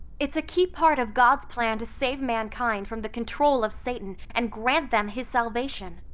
it's a key part of god's plan to save mankind from the control of satan and grant them his salvation.